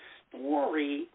story